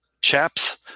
chaps